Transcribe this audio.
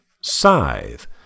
Scythe